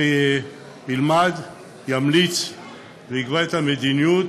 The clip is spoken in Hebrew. שילמד, ימליץ ויקבע את המדיניות